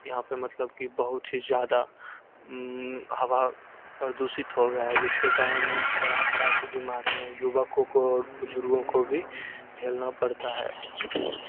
यहाँ पे मतलब कि बहुत ही ज़्यादा हवा प्रदूषित हो गया है जिसके कारण तरह तरह की बीमारियाँ युवको को बुज़ुर्गों को भी झेलना पड़ता है